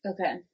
Okay